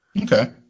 okay